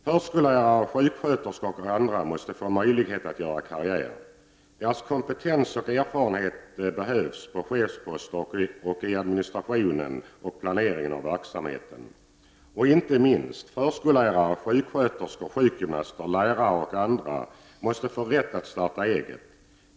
Förskollärare, sjuksköterskor och andra måste få möjlighet att göra karriär. Deras kompetens och erfarenhet behövs på chefsposter och i administrationen och planeringen av verksamheten. Och inte minst: förskollärare, sjuksköterskor, sjukgymnaster, lärare och andra måste få rätt att starta eget.